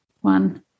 one